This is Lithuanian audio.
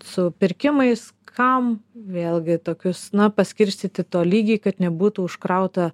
su pirkimais kam vėlgi tokius na paskirstyti tolygiai kad nebūtų užkrauta